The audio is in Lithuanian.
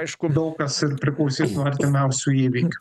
aišku daug kas ir priklausys nuo artimiausių įvykių